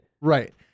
Right